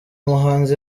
muhanzi